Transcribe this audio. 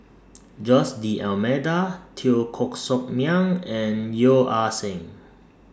Jose D'almeida Teo Koh Sock Miang and Yeo Ah Seng